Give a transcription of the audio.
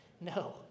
No